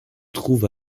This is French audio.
trouve